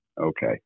Okay